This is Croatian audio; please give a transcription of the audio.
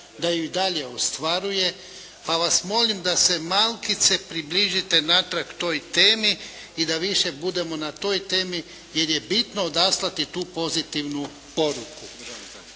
da ju i dalje ostvaruje, pa vas molim da se malkice približite natrag toj temi i da više budemo na toj temi jer je bitno odaslati tu pozitivnu poruku.